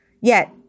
yet-